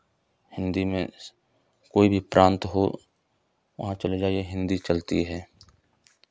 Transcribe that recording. हिन्दी में कोई भी प्रांत हो वहाँ चले जाइए हिन्दी चलती हैं